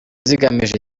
zigamije